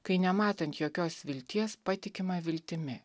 kai nematant jokios vilties patikima viltimi